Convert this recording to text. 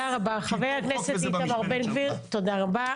חבר הכנסת איתמר בן גביר, תודה רבה.